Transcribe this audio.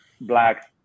Blacks